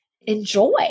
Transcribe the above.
enjoy